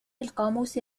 القاموس